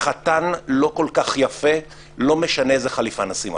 החתן לא כל כך יפה, לא משנה איזה חליפה נשים לו.